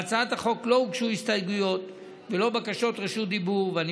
להצעת החוק לא הוגשו הסתייגויות ולא בקשות רשות דיבור,